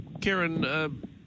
Karen